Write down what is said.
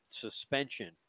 suspension